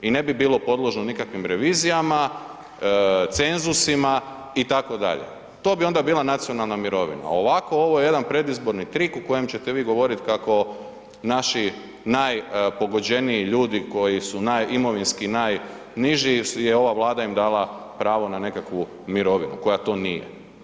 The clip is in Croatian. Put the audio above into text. I ne bi bilo podložno nikakvim revizijama, cenzusima itd., to bi onda bila nacionalna mirovina a ovako ovo je jedan predizborni trik u kojem ćete vi govorit kako naši najpogođeniji ljudi koji su imovinski najniži jer je ova Vlada im dala pravo na nekakvu mirovinu koja to nije.